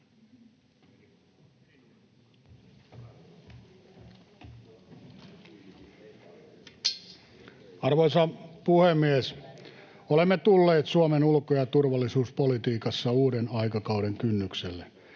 Arvoisa puhemies! Olemme tulleet Suomen ulko- ja turvallisuuspolitiikassa uuden aikakauden kynnykselle.